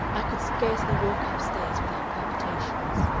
i could scarcely walk up-stairs without palpitations.